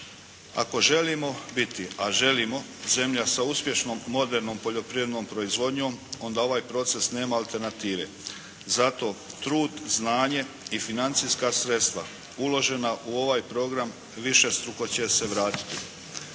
Ako želimo biti, a želimo, zemlja sa uspješnom modernom poljoprivrednom proizvodnjom onda ovaj proces nema alternative. Zato trud, znanje i financijska sredstva uložena u ovaj program višestruko će se vratiti.